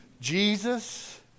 Jesus